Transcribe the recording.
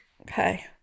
Okay